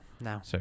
now